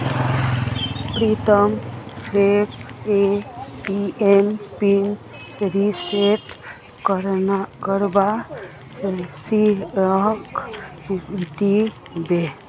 प्रीतम मोक ATM pin reset करवा सिखइ दी बे